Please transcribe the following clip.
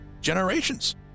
generations